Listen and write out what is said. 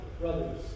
brothers